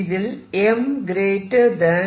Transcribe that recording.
ഇതിൽ m n